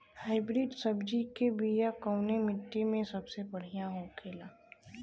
Hybrid सब्जी के बिया कवने मिट्टी में सबसे बढ़ियां होखे ला?